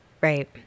right